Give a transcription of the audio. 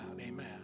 Amen